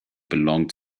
belonged